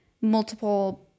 multiple